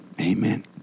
Amen